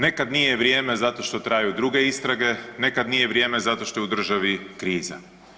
Nekad nije vrijeme zato što traju druge istrage, nekad nije vrijeme zato što je u državi kriza.